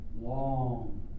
long